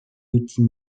outil